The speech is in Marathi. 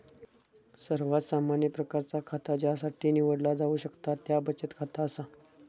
सर्वात सामान्य प्रकारचा खाता ज्यासाठी निवडला जाऊ शकता त्या बचत खाता असा